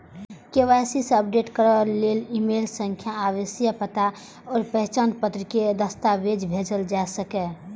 KYC update करै लेल email सं आवासीय पता आ पहचान पत्रक दस्तावेज भेजल जा सकैए